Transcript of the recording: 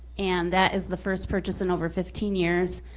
and that is the first purchase in over fifteen years.